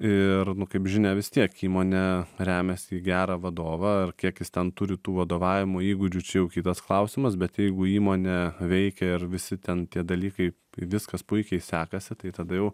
ir kaip žinia vis tiek įmonė remiasi į gerą vadovą ar kiek jis ten turi tų vadovavimo įgūdžių čia jau kitas klausimas bet jeigu įmonė veikia ir visi ten tie dalykai viskas puikiai sekasi tai tada jau